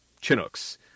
Chinooks